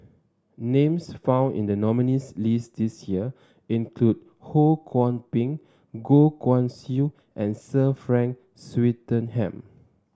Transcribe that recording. names found in the nominees' list this year include Ho Kwon Ping Goh Guan Siew and Sir Frank Swettenham